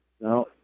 now